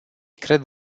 cred